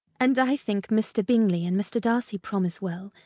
and i think mr. bingley and mr. darcy promise well.